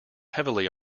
heavily